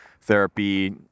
therapy